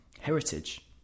heritage